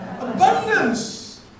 abundance